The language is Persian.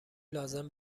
لازم